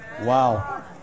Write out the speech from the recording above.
Wow